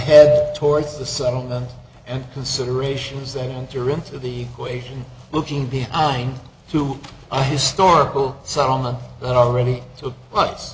head towards the settlement and considerations that enter into the equation looking behind to historical settlement already so